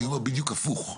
אני אומר בדיוק הפוך,